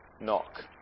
knock